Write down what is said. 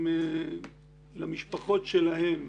למשפחות שלהם,